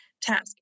task